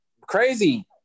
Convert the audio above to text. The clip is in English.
Crazy